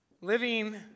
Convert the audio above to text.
living